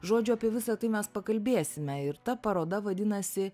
žodžiu apie visa tai mes pakalbėsime ir ta paroda vadinasi